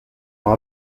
sont